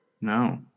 No